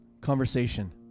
conversation